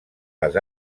les